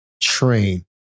train